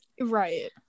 Right